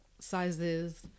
sizes